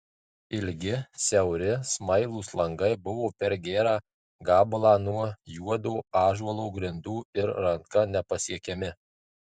ilgi siauri smailūs langai buvo per gerą gabalą nuo juodo ąžuolo grindų ir ranka nepasiekiami